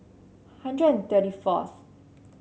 hundred thirty fourth